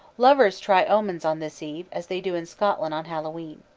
lovers try omens on this eve, as they do in scotland on hallowe'en.